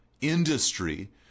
industry